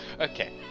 okay